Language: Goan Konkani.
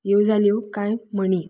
ह्यो जाल्यो कांय म्हणी